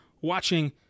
watching